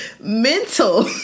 mental